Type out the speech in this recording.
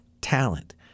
Talent